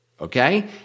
okay